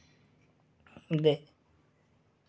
ते